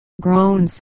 groans